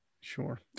Sure